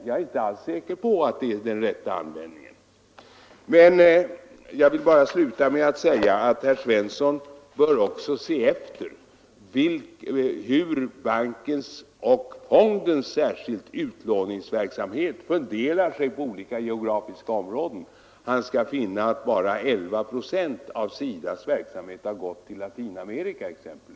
Jag är inte alls säker på att det är den rätta användningen. Men jag vill bara sluta med att säga att herr Svensson bör också se efter hur bankens och särskilt fondens utlåning fördelar sig på olika geografiska områden. Då skall han t.ex. finna att bara 11 procent av SIDA:s medel har gått till Latinamerika.